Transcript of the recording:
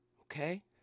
Okay